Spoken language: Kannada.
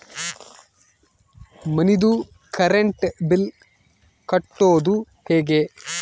ಮನಿದು ಕರೆಂಟ್ ಬಿಲ್ ಕಟ್ಟೊದು ಹೇಗೆ?